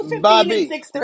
Bobby